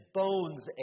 bones